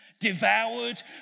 Devoured